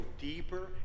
deeper